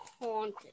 haunted